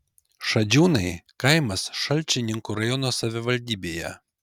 šadžiūnai kaimas šalčininkų rajono savivaldybėje